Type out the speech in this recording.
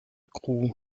crew